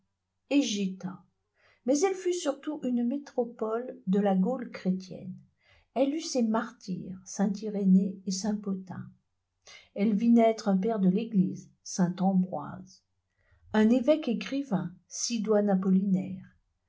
et géta mais elle fut surtout une métropole de la gaule chrétienne elle eut ses martyrs saint irénée et saint pothin elle vit naître un père de l'église saint ambroise un évêque écrivain sidoine